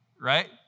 right